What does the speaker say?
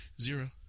zero